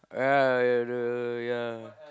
yeah the yeah